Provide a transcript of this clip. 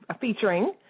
featuring